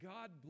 God